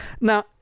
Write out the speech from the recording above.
now